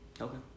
Okay